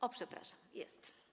O, przepraszam, jest.